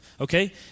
Okay